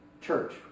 church